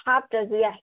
ꯍꯥꯞꯇ꯭ꯔꯖꯨ ꯌꯥꯏ